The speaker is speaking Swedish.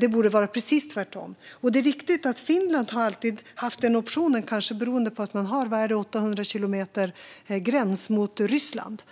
Det borde vara precis tvärtom. Det är riktigt att Finland alltid har haft den optionen, kanske beroende på att man har - vad är det? - 800 kilometer gräns mot Ryssland.